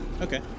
Okay